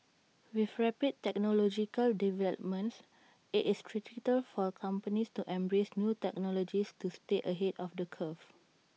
with rapid technological developments IT is critical for companies to embrace new technologies to stay ahead of the curve